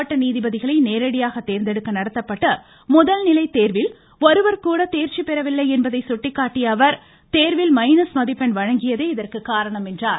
மாவட்ட நீதிபதிகளை நேரடியாக தோ்ந்தெடுக்க நடத்தப்பட்ட முதல்நிலை தேர்வில் ஒருவர் கூட தேர்ச்சி பெறவில்லை என்பதை சுட்டிக்காட்டிய அவர் தேர்வில் மைனஸ் மதிப்பெண் வழங்கியதே இதற்கு காரணம் என்றார்